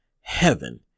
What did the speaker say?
heaven